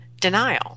denial